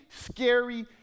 scary